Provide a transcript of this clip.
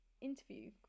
interview